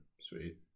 Sweet